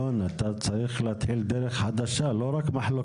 אפילו שלילית, וזה משפיע על מגמות סביבתיות.